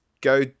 go